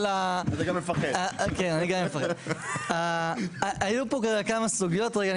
אבל היו פה כמה סוגיות רגע,